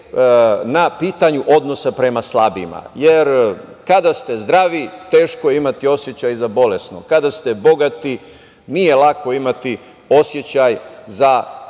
na pitanju odnosa prema slabima. Kada ste zdravi teško je imati osećaj za bolesnog. Kada ste bogati, nije lako imati osećaj za siromašnog.